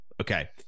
okay